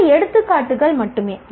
இவை எடுத்துக்காட்டுகள் மட்டுமே